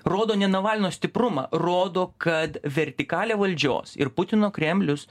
rodo ne navalno stiprumą rodo kad vertikalė valdžios ir putino kremlius